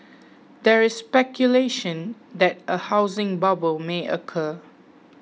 there is speculation that a housing bubble may occur